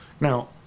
Now